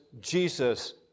Jesus